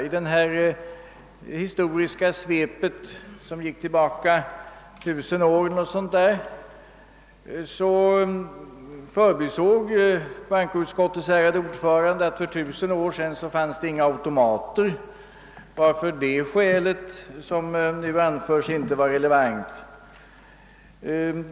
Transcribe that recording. I det historiska svepet, som gick tillbaka tusen år eller någonting sådant, förbisåg bankoutskottets ärade ordförande att det för tusen år sedan inte fanns några automater, varför det skälet, som nu anfördes, inte var relevant.